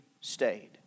stayed